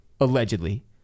Allegedly